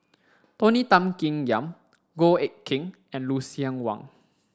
Tony Tan Keng Yam Goh Eck Kheng and Lucien Wang